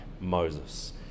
Moses